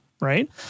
right